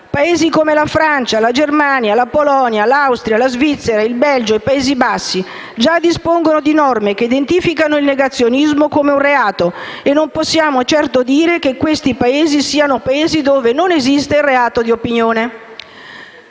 Paesi come la Francia, la Germania, la Polonia, l'Austria, la Svizzera, il Belgio e i Paesi Bassi già dispongono di norme che identificano il negazionismo come un reato e non possiamo certo dire che questi siano Paesi in cui non esiste libertà d'opinione.